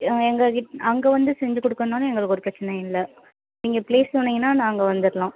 எங்கக்கிட்ட அங்கே வந்து செஞ்சு கொடுக்கணுன்னாலும் எங்களுக்கு ஒரு பிரச்சனையும் இல்லை நீங்கள் பிளேஸ் சொன்னிங்கன்னால் நாங்கள் வந்துடலாம்